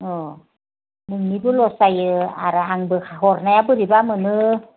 अ नोंनिबो लस जायो आरो आंबो हरनाया बोरैबा मोनो